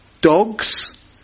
Dogs